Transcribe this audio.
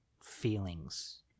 feelings